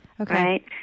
Okay